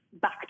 back